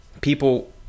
People